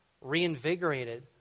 reinvigorated